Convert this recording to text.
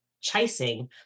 chasing